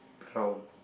brown